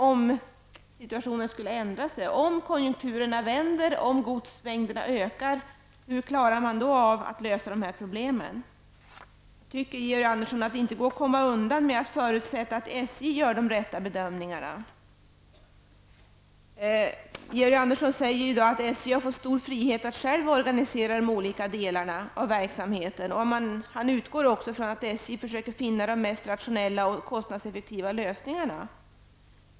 Hur klarar man att lösa problemen om konjunkturerna vänder och godsmängderna ökar? Det går inte att komma undan, Georg Andersson, med att förutsätta att SJ gör de rätta bedömningarna. Georg Andersson säger i dag att SJ har fått stor frihet att själv organisera de olika delarna av verksamheten. Han utgår också från att SJ försöker finna de mest rationella och konstnadseffektiva lösningarna.